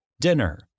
Dinner